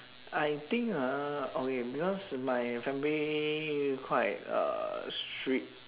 I think ah okay because my family quite uh strict